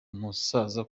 musaza